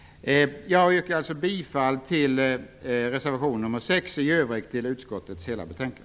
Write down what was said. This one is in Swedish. Jag yrkar bifall till reservation 6 och i övrigt till utskottets hemställan.